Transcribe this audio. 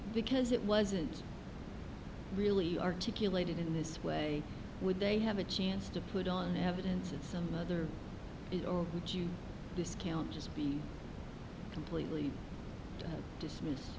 because it wasn't really articulated in this way would they have a chance to put on evidence at some other it or would you discount just be completely dismissed